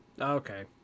okay